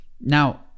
Now